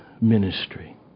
ministry